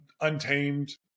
untamed